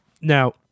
now